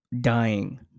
dying